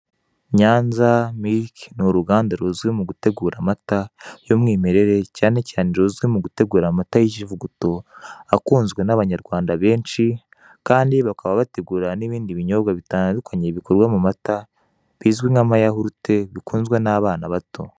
NYANZA MILK n'uruganda ruzwi mu gutegura amata y'umwimerere cyane cyane ruzwi mu gutegura amata y'ikivuguto akunzwe n'abanyarwanda benshi kandi bakaba bategura n'ibindi binyobwa bitandukanye bikorwa mu mata bizwi nka amayahurute bikunzwe n'abana bato.